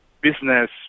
business